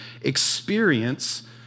experience